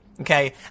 Okay